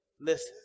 Listen